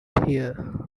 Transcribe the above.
here